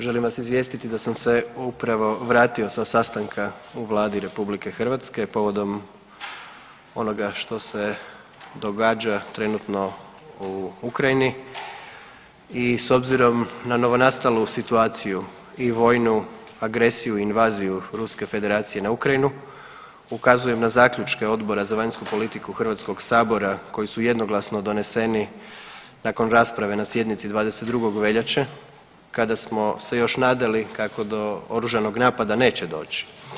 Želim vas izvijestiti da sam se upravo vratio sa sastanka u Vladi RH povodom onoga što se događa trenutno u Ukrajini i s obzirom na novonastalu situaciju i vojnu agresiju i invaziju Ruske Federacije na Ukrajinu ukazujem na zaključke Odbora za vanjsku politiku Hrvatskog sabora koji su jednoglasno doneseni nakon rasprave na sjednici 22. veljače kada smo se još nadali kako do oružanog napada neće doći.